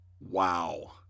Wow